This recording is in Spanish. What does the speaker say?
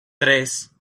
tres